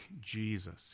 Jesus